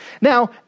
now